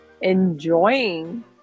enjoying